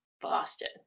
Boston